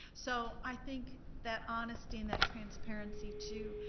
so, i think that honesty and that transparency too,